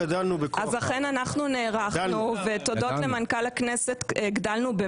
אז אכן אנחנו נערכנו והודות למנכ"ל הכנסת אנחנו הגדלנו,